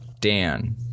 Dan